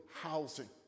housing